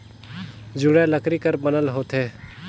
जुड़ा लकरी कर बनल होथे